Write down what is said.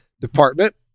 Department